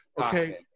Okay